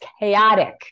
chaotic